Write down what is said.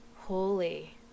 holy